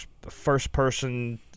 first-person